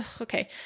okay